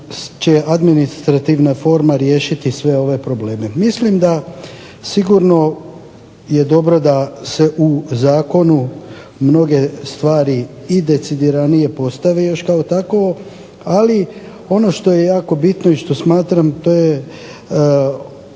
će administrativna forma riješiti sve ove probleme. Mislim da sigurno je dobro da se u zakonu mnoge stvari i decidiranije postave još kao takovo ali ono što je jako bitno i što smatram to je ovaj